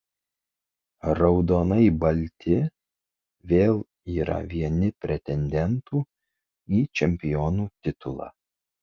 raudonai balti vėl yra vieni pretendentų į čempionų titulą